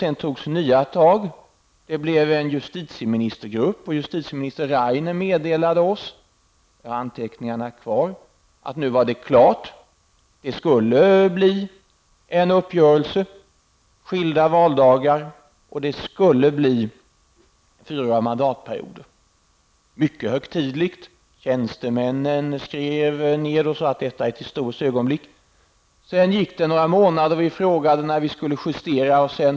Det togs nya tag av en justitieministergrupp, och justitieminister Ove Rainer -- jag har anteckningarna kvar -- meddelade oss att det skulle bli en uppgörelse med skilda valdagar och fyraåriga mandatperioder. Det hela var mycket högtidligt. Tjänstemännen skrev ned vad som skulle gälla och talade om ett historiskt ögonblick. Det gick några månader och vi frågade när vi skulle skriva på och justera överenskommelsen.